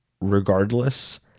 regardless